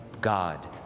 God